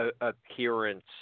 appearance